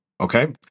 Okay